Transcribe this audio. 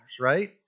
right